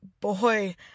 boy